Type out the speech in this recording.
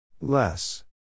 Less